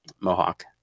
mohawk